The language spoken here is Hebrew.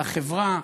לחברה,